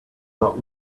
not